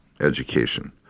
education